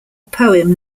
poem